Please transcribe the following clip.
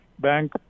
bank